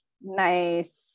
nice